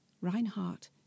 Reinhardt